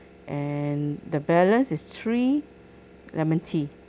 and the balance is three lemon tea